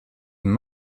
and